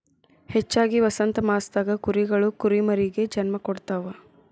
ಹೆಚ್ಚಾಗಿ ವಸಂತಮಾಸದಾಗ ಕುರಿಗಳು ಕುರಿಮರಿಗೆ ಜನ್ಮ ಕೊಡ್ತಾವ